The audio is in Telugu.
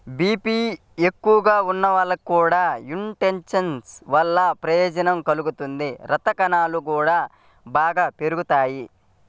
బీపీ ఎక్కువగా ఉన్నోళ్లకి కూడా యీ చెస్ట్నట్స్ వల్ల ప్రయోజనం కలుగుతుంది, రక్తకణాలు గూడా బాగా పెరుగుతియ్యి